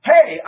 Hey